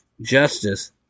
justice